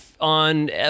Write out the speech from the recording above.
on